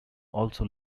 also